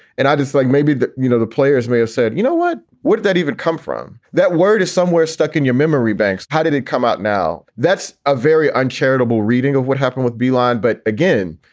and i just like maybe, you know, the players may have said, you know, what would that even come from? that word is somewhere stuck in your memory banks. how did it come out? now, that's a very uncharitable reading of what happened with b line. but again,